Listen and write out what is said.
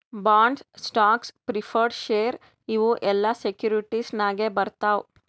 bonds, stocks, preferred share ಇವು ಎಲ್ಲಾ securities ನಾಗೆ ಬರ್ತಾವ್